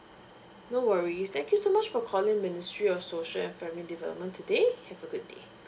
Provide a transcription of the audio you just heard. no worries thank you so much for calling ministry of social and family development today have a good day